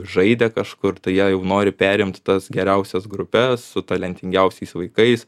žaidę kažkur tai jie jau nori perimt tas geriausias grupes su talentingiausiais vaikais